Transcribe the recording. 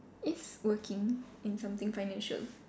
is working in something financial